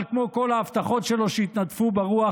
אבל כמו כל ההבטחות שלו שהתנדפו ברוח,